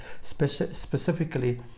specifically